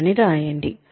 దాన్ని వ్రాయండి